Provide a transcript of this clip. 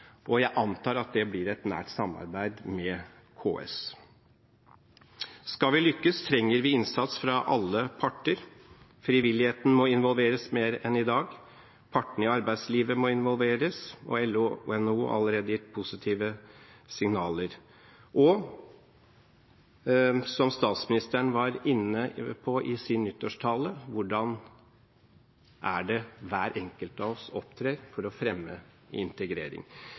og jeg antar at det blir et nært samarbeid med KS. Skal vi lykkes, trenger vi innsats fra alle parter. Frivilligheten må involveres mer enn i dag. Partene i arbeidslivet må involveres, og LO og NHO har allerede gitt positive signaler. Statsministeren var i sin nyttårstale inne på hvordan hver enkelt av oss opptrer for å fremme integrering.